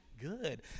Good